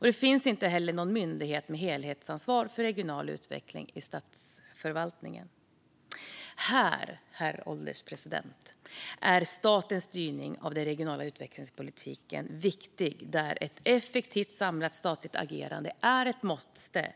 Det finns inte heller någon myndighet med helhetsansvar för regional utveckling i statsförvaltningen. Herr ålderspresident! Här är statens styrning av den regionala utvecklingspolitiken viktig, där ett effektivt samlat statligt agerande är ett måste.